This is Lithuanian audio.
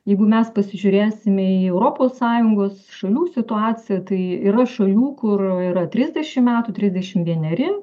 jeigu mes pasižiūrėsime į europos sąjungos šalių situaciją tai yra šalių kur yra trisdešim metų trisdešim vieneri